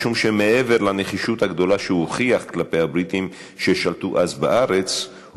משום שמעבר לנחישות הגדולה שהוא הוכיח כלפי הבריטים ששלטו אז בארץ,